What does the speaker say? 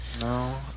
No